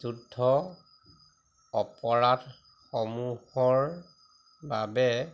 যুদ্ধ অপৰাধসমূহৰ বাবে